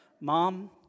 Mom